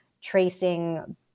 tracing